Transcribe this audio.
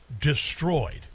destroyed